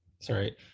sorry